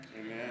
Amen